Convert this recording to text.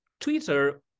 Twitter